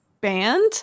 band